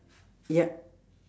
yup